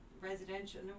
residential